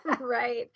Right